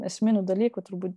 esminių dalykų turbūt